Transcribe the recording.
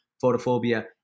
photophobia